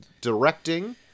directing